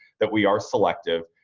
that we are selective.